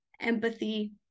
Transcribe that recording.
empathy